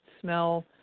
smell